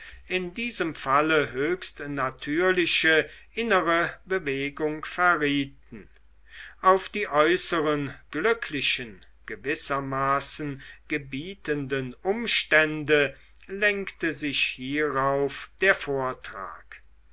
in diesem fall höchst natürliche innere bewegung verrieten auf die äußeren glücklichen gewissermaßen gebietenden umstände lenkte sich hierauf der vortrag